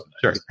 Sure